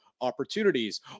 opportunities